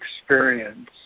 experience